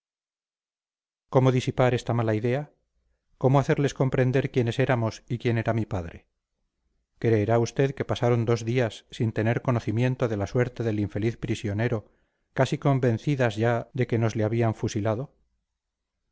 cómo disipar esta mala idea cómo hacerles comprender quiénes éramos y quién era mi padre creerá usted que pasaron dos días sin tener conocimiento de la suerte del infeliz prisionero casi convencidas ya de que nos le habían fusilado